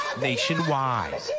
nationwide